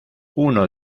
uno